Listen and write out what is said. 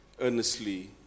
earnestly